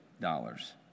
dollars